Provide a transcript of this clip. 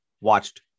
Watched